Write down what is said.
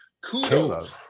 Kudos